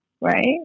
right